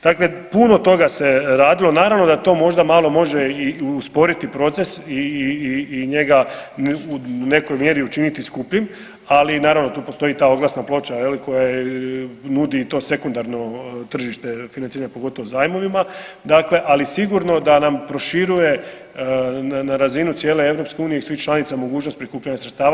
Dakle, puno toga se radilo, naravno da to možda malo može i usporiti proces i njega u nekoj mjeri učiniti skupljim, ali naravno tu postoji ta oglasna ploča koja nudi to sekundarno tržište financiranja pogotovo zajmovima, ali sigurno da nam proširuje na razinu cijele EU i svih članica mogućnost prikupljanja sredstva.